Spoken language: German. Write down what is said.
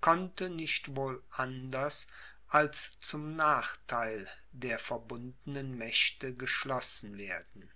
konnte nicht wohl anders als zum nachtheil der verbundenen mächte geschlossen werden